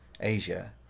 Asia